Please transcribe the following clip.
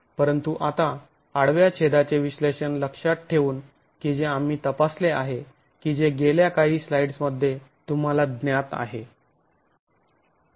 परंतु आता आडव्या छेदाचे विश्लेषण लक्षात ठेवून की जे आम्ही तपासले आहे की जे गेल्या काही स्लाईड्समध्ये तुम्हाला ज्ञात आहे